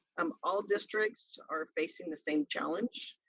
um all districts are facing the same challenge.